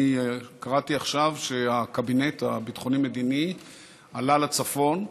אני קראתי עכשיו שהקבינט הביטחוני-מדיני עלה לצפון,